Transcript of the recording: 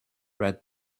read